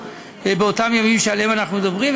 באותם ימים שעליהם אנחנו מדברים,